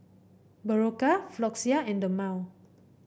Berocca Floxia and Dermale